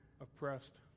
oppressed